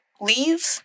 leave